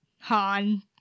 Han